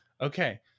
Okay